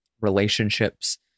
relationships